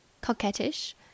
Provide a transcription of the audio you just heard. coquettish